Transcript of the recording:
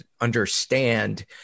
understand